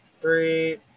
Three